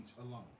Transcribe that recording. alone